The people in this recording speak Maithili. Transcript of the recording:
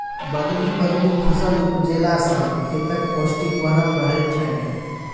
बदलि बदलि फसल उपजेला सँ खेतक पौष्टिक बनल रहय छै